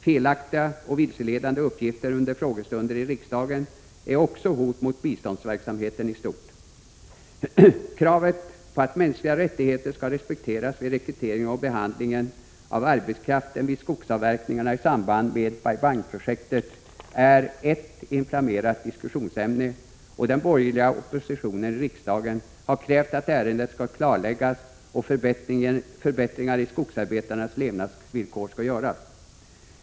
Felaktiga och vilseledande uppgifter under frågestunder i riksdagen utgör också hot mot biståndsverksamheten i stort. Kravet på att mänskliga rättigheter skall respekteras vid rekryteringen och behandlingen av arbetskraften vid skogsavverkningarna i samband med Bai Bang-projektet är ett inflammerat diskussionsämne, och den borgerliga oppositionen i riksdagen har krävt att ärendet skall klarläggas och förbättringar i skogsarbetarnas levnadsvillkor skall göras.